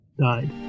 died